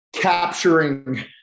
capturing